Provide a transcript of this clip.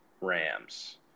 Rams